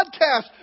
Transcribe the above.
podcast